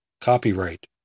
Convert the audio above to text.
Copyright